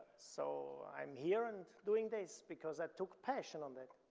so, i'm here and doing this because i took passion on that.